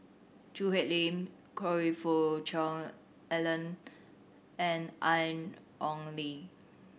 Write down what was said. Choo Hwee Lim Choe Fook Cheong Alan and Ian Ong Li